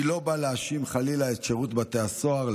אני לא בא להאשים חלילה את שירות בתי הסוהר.